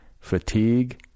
fatigue